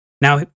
Now